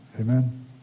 Amen